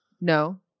No